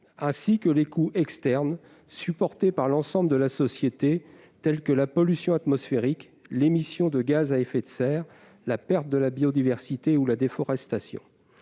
ainsi que les coûts externes supportés par l'ensemble de la société, tels que la pollution atmosphérique, l'émission de gaz à effet de serre, la perte de la biodiversité ou la déforestation.